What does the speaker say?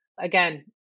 again